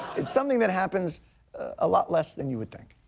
it's something that happens a lot less than you would think.